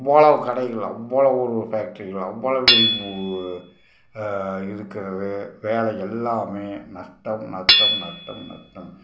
அவ்வளோவு கடைகள் அவ்வளோவு ஒரு ஃபேக்ட்ரிகள் அவ்வளோவு இன் வி இருக்கிறது வேலை எல்லாமே நஷ்டம் நட்டம் நட்டம் நட்டம்